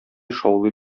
шаулый